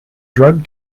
drug